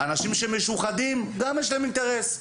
וגם לאנשים המשוחדים יש להם אינטרס.